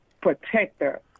protector